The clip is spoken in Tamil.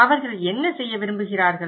அவர்கள் என்ன செய்ய விரும்புகிறார்கள்